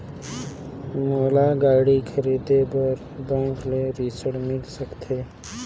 मोला गाड़ी खरीदे बार बैंक ले ऋण मिल सकथे?